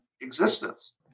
existence